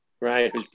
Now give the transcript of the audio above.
Right